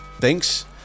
Thanks